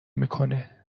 میکنه